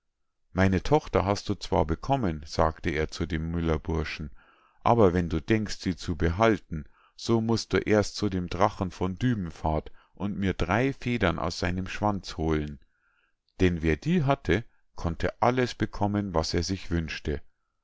meine tochter hast du zwar bekommen sagte er zu dem müllerburschen aber wenn du denkst sie zu behalten so musst du erst zu dem drachen von dübenfahrt und mir drei federn aus seinem schwanz holen denn wer die hatte konnte alles bekommen was er sich wünschte